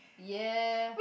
ya